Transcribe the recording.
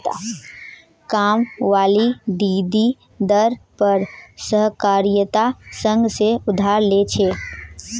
कामवाली दीदी दर पर सहकारिता संघ से उधार ले छे